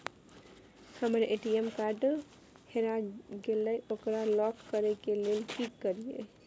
हमर ATM card हेरा गेल ओकरा लॉक करै के लेल की करियै?